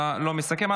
אתה לא מסכם.